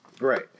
Right